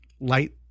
light